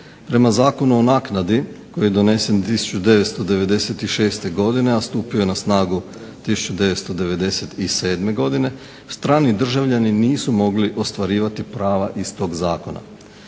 Prema zakonu o naknadi koji je donesen 1996. godine, a stupio je na snagu 1997. godine strani državljani nisu mogli ostvarivati prava iz tog zakona.